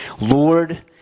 Lord